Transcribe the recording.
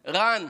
רן,